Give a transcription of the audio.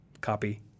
copy